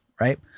right